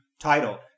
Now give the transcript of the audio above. title